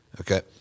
Okay